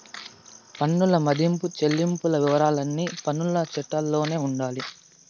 పన్నుల మదింపు చెల్లింపుల వివరాలన్నీ పన్నుల చట్టాల్లోనే ఉండాయి